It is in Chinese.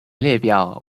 列表